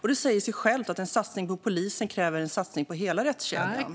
Det säger sig självt att en satsning på polisen kräver en satsning på hela rättskedjan.